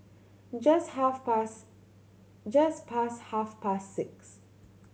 just half past just past half past six